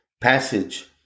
passage